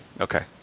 Okay